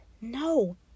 No